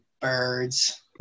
birds